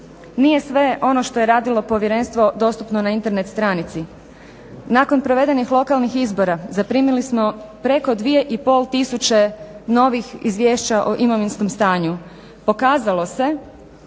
nije sve ono što je radilo povjerenstvo dostupno na internet stranici. Nakon provedenih lokalnih izbora zaprimili smo preko 2500 novih Izvješća o imovinskom stanju. Pokazalo se,